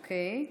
--- אוקיי.